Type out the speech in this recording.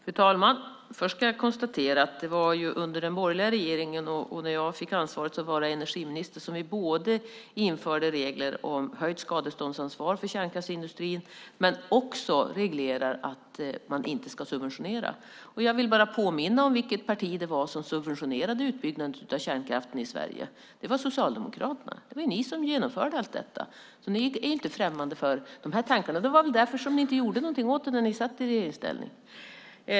Fru talman! Först kan jag konstatera att det var under den borgerliga regeringen när jag fick ansvaret att vara energiminister som vi införde regler om höjt skadeståndsansvar för kärnkraftsindustrin och reglerade att man inte ska subventionera. Jag vill påminna om vilket parti det var som subventionerade utbyggnaden av kärnkraften i Sverige. Det var Socialdemokraterna. Det var ni som genomförde allt detta. Ni är inte främmande för de här tankarna. Det var väl därför som ni inte gjorde någonting åt det när ni satt i regeringsställning.